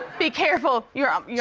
be careful, your um yeah